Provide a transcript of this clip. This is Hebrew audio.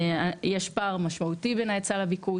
יש פער משמעותי בין ההיצע לביקוש.